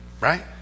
Right